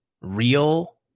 real